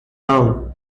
arm